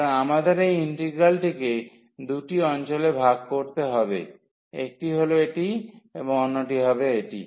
সুতরাং আমাদের এই ইন্টিগ্রালটিকে দুটি অঞ্চলে ভাগ করতে হবে একটি হল এটি এবং অন্যটি হবে এটি